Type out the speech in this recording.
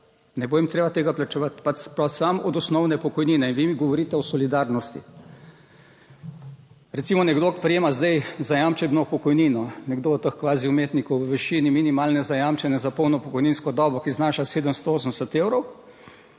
Ne bo jim treba tega plačevati, samo od osnovne pokojnine in vi mi govorite o solidarnosti. Recimo nekdo, ki prejema zdaj zajamčeno pokojnino, nekdo od teh kvazi umetnikov v višini minimalne zajamčene za polno pokojninsko dobo, ki znaša 780 evrov,